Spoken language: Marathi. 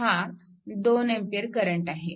हा 2A करंट आहे